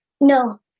no